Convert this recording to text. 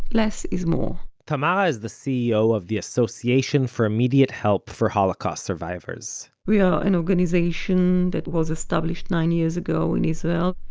less is more tamara is the ceo of the association for immediate help for holocaust survivors we are an organization that was established nine years ago in israel,